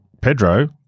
Pedro